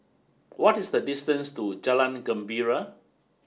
what is the distance to Jalan Gembira